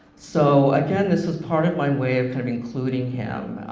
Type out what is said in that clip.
so again, this was part of my way of kind of including him,